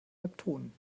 leptonen